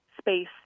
space